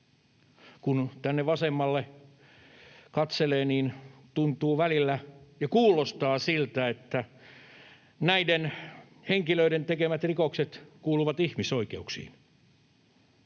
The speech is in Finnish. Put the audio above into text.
Kun tänne vasemmalle katselee, niin tuntuu välillä ja kuulostaa siltä, että näiden henkilöiden tekemät rikokset kuuluvat ihmisoikeuksiin.